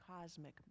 Cosmic